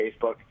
Facebook